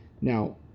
now